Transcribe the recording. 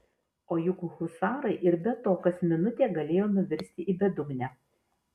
o juk husarai ir be to kas minutė galėjo nuvirsti į bedugnę